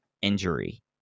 injury